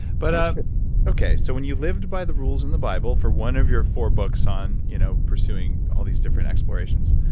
but so when you lived by the rules in the bible for one of your four books on you know pursuing all these different explorations,